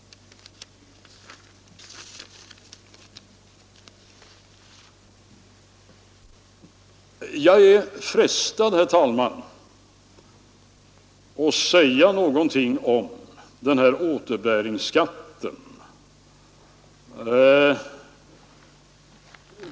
Sedan, herr talman, är jag frestad att också säga något om återbäringsskatten.